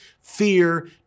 fear